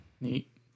neat